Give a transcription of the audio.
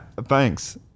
Thanks